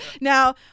Now